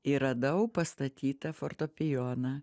ir radau pastatytą fortepijoną